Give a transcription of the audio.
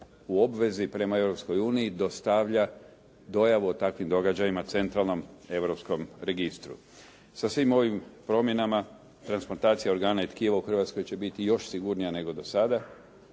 u obvezi prema Europskoj uniji dostavlja dojavu o takvim događajima Centralnom europskom registru. Sa svim ovim promjenama transplantacija organa i tkiva u Hrvatskoj će biti još sigurnija nego do sada,